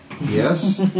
Yes